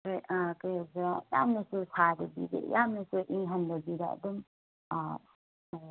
ꯑꯦ ꯀꯔꯤ ꯀꯔꯤ ꯍꯥꯏꯁꯤꯔꯥ ꯌꯥꯝꯅꯁꯨ ꯁꯥꯗꯕꯤꯗ ꯌꯥꯝꯅꯁꯨ ꯏꯪꯍꯟꯗꯕꯤꯗ ꯑꯗꯨꯝ ꯂꯩꯌꯣ